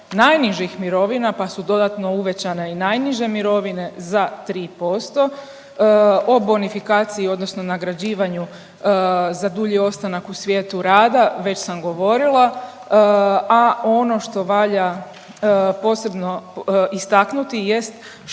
najnižih mirovina, pa su dodatno uvećane i najniže mirovine za 3%. O bonifikaciji odnosno nagrađivanju za dulji ostanak u svijetu rada već sam govorila, a ono što valja posebno istaknuti jest što